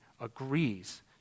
agrees